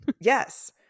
Yes